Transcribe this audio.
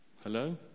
Hello